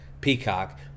Peacock